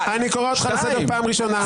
אני קורא אותך לסדר פעם ראשונה.